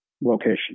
location